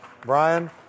Brian